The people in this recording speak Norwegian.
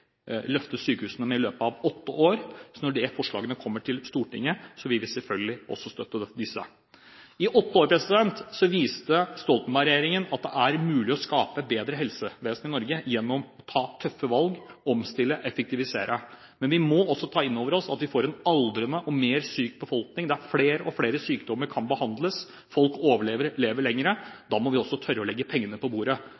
løftet sykehusene med i løpet av åtte år. Så når det forslaget kommer til Stortinget, vil vi selvfølgelig også støtte det. I åtte år viste Stoltenberg-regjeringen at det er mulig å skape et bedre helsevesen i Norge gjennom å ta tøffe valg, omstille og effektivisere. Men vi må også ta inn over oss at vi får en aldrende og mer syk befolkning, der flere og flere sykdommer kan behandles, folk overlever og lever